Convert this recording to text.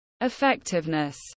effectiveness